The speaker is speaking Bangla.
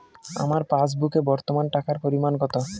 আমার পাসবুকে বর্তমান টাকার পরিমাণ কত?